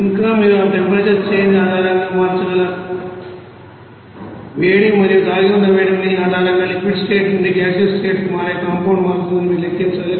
ఇంకా మీరు ఆ టెంపరేచర్ చేంజ్ ఆధారంగా మార్చగల వేడి మరియు దాగి ఉన్న దాని ఆధారంగా లిక్విడ్ స్టేట్ నుండి గాసీయోస్ స్టేట్ కి మారే కాంపౌండ్ మారుతుందని మీరు లెక్కించాలి